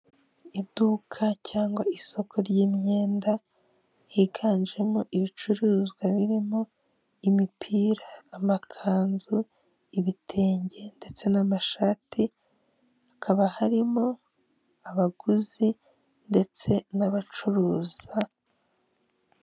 Iduka cyangwa isoko ry'imyenda higanjemo ibicuruzwa birimo imipira, amakanzu, ibitenge ndetse n'amashati; hakaba harimo abaguzi ndetse n'abacuruza.